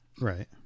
Right